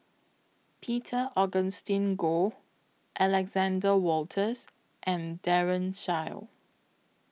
Peter Augustine Goh Alexander Wolters and Daren Shiau